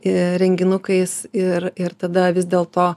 ir renginukais ir ir tada vis dėl to